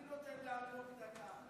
אני נותן לאלמוג דקה.